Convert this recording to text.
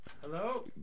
Hello